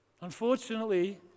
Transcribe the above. Unfortunately